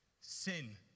sin